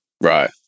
Right